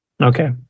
Okay